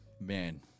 Man